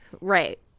Right